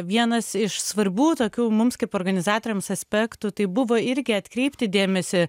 vienas iš svarbių tokių mums kaip organizatoriams aspektų tai buvo irgi atkreipti dėmesį